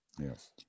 Yes